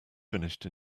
finished